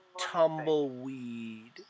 Tumbleweed